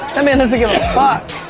man doesn't give a fuck.